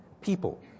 people